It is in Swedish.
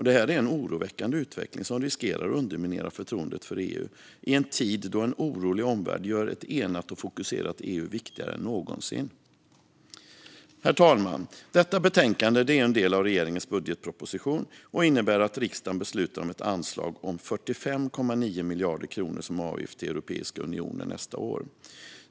Detta är en oroväckande utveckling som riskerar att underminera förtroendet för EU i en tid då en orolig omvärld gör ett enat och fokuserat EU viktigare än någonsin. Herr talman! Detta betänkande är en del av regeringens budgetproposition, och det innebär att riksdagen beslutar om ett anslag om 45,9 miljarder kronor som avgift till Europeiska unionen nästa år.